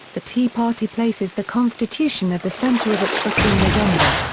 the tea party places the constitution at the center of its reform agenda.